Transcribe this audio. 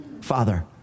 Father